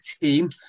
team